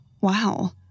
wow